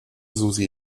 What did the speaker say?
susi